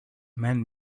men